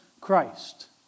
Christ